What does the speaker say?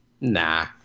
Nah